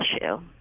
issue